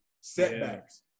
setbacks